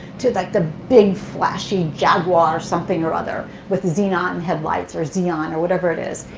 to like the big, flashy jaguar something or other, with xenon headlights, or xeon, or whatever it is.